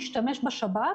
נשתמש בשב"כ,